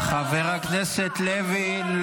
חבר הכנסת לוי,